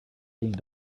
being